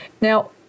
now